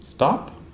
Stop